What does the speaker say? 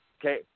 okay